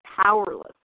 powerless